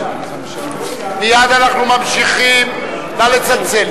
מייד אנחנו ממשיכים, נא לצלצל.